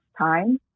time